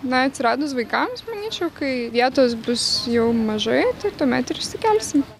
na atsiradus vaikams manyčiau kai vietos bus jau mažai tai tuomet ir išsikelsim